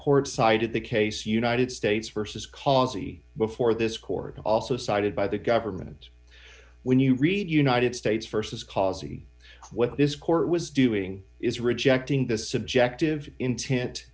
court cited the case united states versus causey before this court also sided by the government when you read united states versus causey what this court was doing is rejecting the subjective intent